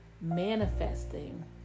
manifesting